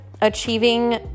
achieving